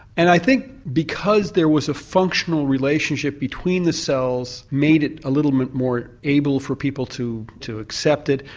and i think because there was a functional relationship between the cells made it a little bit more able for people to to accept it,